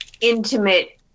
intimate